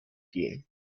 gehen